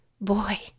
Boy